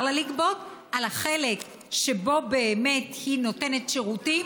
לה לגבות על החלק שבו באמת היא נותנת שירותים,